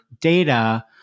data